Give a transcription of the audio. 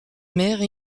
mère